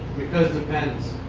because depends.